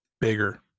bigger